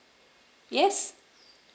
yes